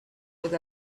with